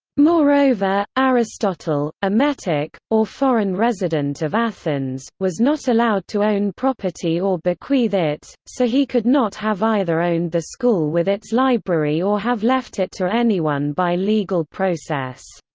moreover, aristotle, a metic, or foreign resident of athens, was not allowed to own property or bequeath it, it, so he could not have either owned the school with its library or have left it to anyone by legal process.